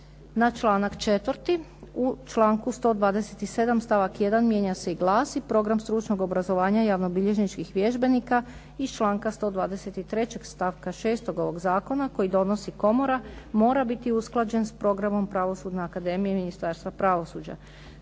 Na članak 4. U članku 127. stavak 1. mijenja se i glasi: "Program stručnog obrazovanja javnobilježničkih vježbenika iz članka 123. stavka 6. ovoga zakona koji donosi komora mora biti usklađen s programom Pravosudne akademije Ministarstva pravosuđa."